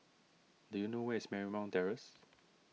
do you know where is Marymount Terrace